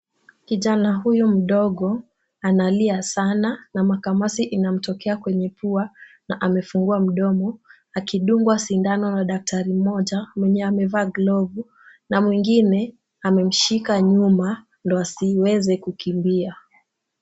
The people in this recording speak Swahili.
Kijana huyu mdogo analia sana na makamasi inamtokea kwenye pua na amefungua mdomo akidungwa sindano na daktari mmoja mwenye amevaa glovu na mwingine amemshika nyuma ndio asiweze kukimbia.